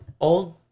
old